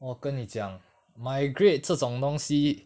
我跟你讲 migrate 这种东西